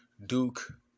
Duke